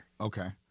Okay